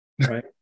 right